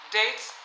dates